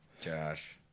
Josh